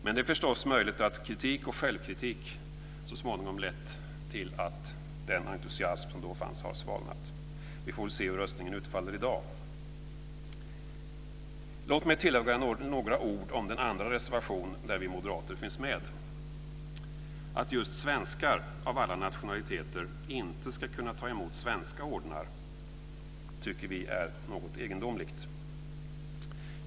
Men det är förstås möjligt att kritik och självkritik så småningom lett till att den entusiasm som fanns då har svalnat. Vi får väl se hur röstningen utfaller i dag. Låt mig tillägga några ord om den andra reservationen där vi moderater finns med. Att just svenskar av alla nationaliteter inte ska kunna ta emot svenska ordnar tycker vi är något egendomligt.